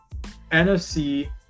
nfc